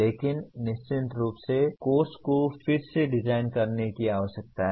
लेकिन निश्चित रूप से कोर्स को फिर से डिजाइन करने की आवश्यकता है